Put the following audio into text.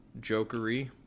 jokery